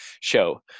show